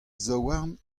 zaouarn